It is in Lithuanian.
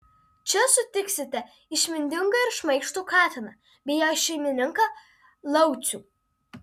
čia sutiksite išmintingą ir šmaikštų katiną bei jo šeimininką laucių